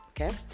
okay